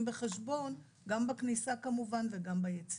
בחשבון גם בכניסה כמובן וגם ביציאה.